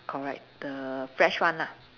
correct the fresh one ah